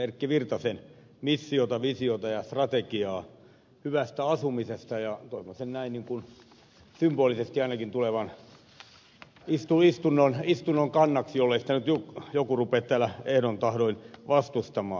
erkki virtasen missiota visiota ja strategiaa hyvästä asumisesta ja toivon sen näin symbolisesti ainakin tulevan istunnon kannaksi jollei sitä nyt joku rupea täällä ehdoin tahdoin vastustamaan